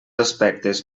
aspectes